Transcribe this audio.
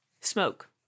smoke